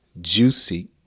juicy